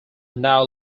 now